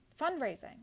fundraising